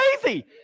crazy